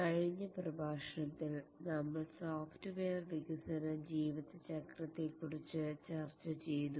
കഴിഞ്ഞ പ്രഭാഷണത്തിൽ നമ്മൾ സോഫ്റ്റ്വെയർ വികസന ജീവിത ചക്രത്തെ കുറിച്ച് ചർച്ച ചെയ്തു